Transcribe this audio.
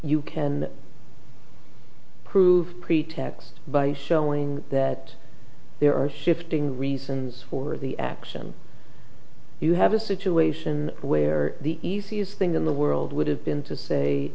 you can prove pretext by showing that there are shifting reasons for the action you have a situation where the easiest thing in the world would have been to say